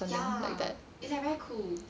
ya it's like very cool